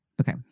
Okay